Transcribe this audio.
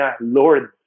Lord